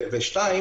שלב שני,